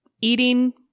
eating